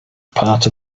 part